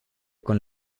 con